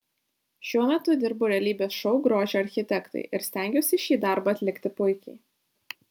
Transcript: šiuo metu dirbu realybės šou grožio architektai ir stengiuosi šį darbą atlikti puikiai